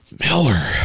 miller